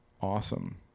awesome